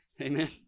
Amen